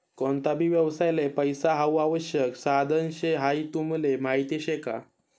कोणता भी व्यवसायले पैसा हाऊ आवश्यक साधन शे हाई तुमले माहीत शे का?